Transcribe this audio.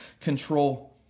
control